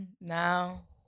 now